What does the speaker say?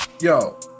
yo